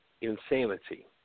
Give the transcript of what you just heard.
insanity